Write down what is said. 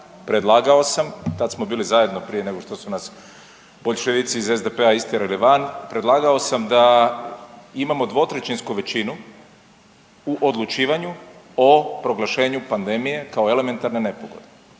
predlagao sam, tad smo bili zajedno prije nego što su nas boljševici iz SDP-a istjerali van, predlagao sam da imamo dvotrećinsku većinu u odlučivanju o proglašenju pandemije elementarne nepogode.